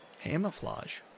Camouflage